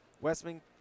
Westman